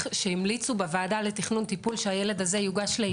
שהמליצו בוועדה לתכנון טיפול שהילד הזה יוגש לאימוץ.